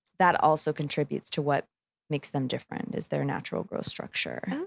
that also contributes to what makes them different, is their natural growth structure.